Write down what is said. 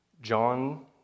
John